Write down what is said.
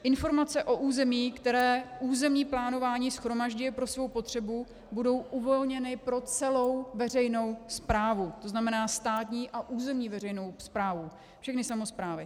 Informace o území, které územní plánování shromažďuje pro svou potřebu, budou uvolněny pro celou veřejnou správu, tzn. státní a územní veřejnou správu, všechny samosprávy.